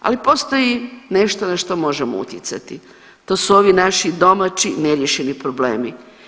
Ali postoji nešto na što možemo utjecati, to su ovi naši domaći neriješeni problemi.